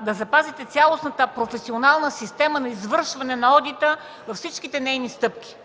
да запазите цялостната професионална система на извършване на одита във всичките нейни стъпки.